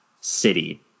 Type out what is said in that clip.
city